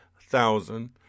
thousand